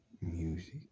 Music